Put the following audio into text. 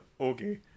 Okay